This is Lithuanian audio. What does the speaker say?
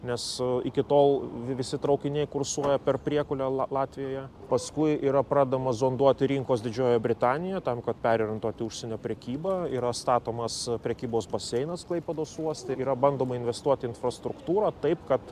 nes iki tol visi traukiniai kursuoja per priekulę la latvijoje paskui yra pradedama zonduoti rinkos didžiojoje britanijoje tam kad perorientuotų užsienio prekybą yra statomas prekybos baseinas klaipėdos uoste yra bandoma investuoti į infrastruktūrą taip kad